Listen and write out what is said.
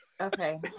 Okay